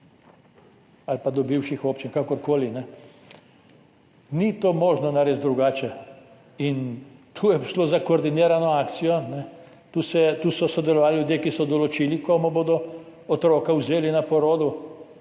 ali pa do bivših občin, kakorkoli. To ni možno narediti drugače in tu je šlo za koordinirano akcijo. Tu so sodelovali ljudje, ki so določili, komu bodo otroka vzeli pri porodu,